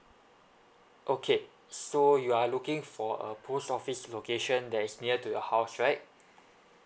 okay so you are looking for a post office location that is near to your house right